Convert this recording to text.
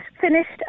finished